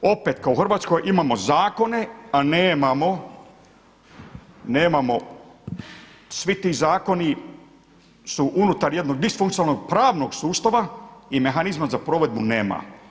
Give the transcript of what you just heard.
Opet u Hrvatskoj imamo zakone a nemamo, svi ti zakoni su unutar jednog disfunkcionalnog pravnog sustava i mehanizma za provedbu nema.